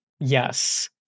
Yes